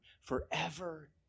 forever